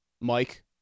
Mike